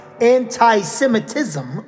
Anti-Semitism